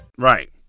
Right